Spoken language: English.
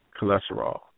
cholesterol